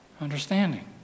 understanding